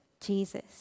Jesus